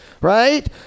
right